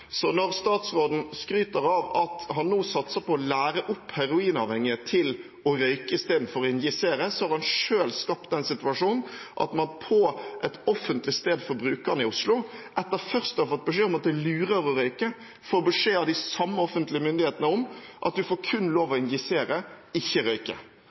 Når statsråden skryter av at han nå satser på å lære opp heroinavhengige til å røyke istedenfor å injisere, har han selv skapt den situasjonen på et offentlig sted for brukerne i Oslo at man, etter først å ha fått beskjed om at det er lurere å røyke, får beskjed av de samme offentlige myndighetene om at man får kun lov til å injisere, ikke røyke.